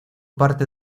parte